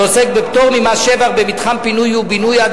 שעוסק בפטור ממס שבח במתחם פינוי ובינוי עד